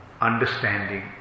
understanding